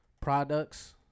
products